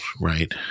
right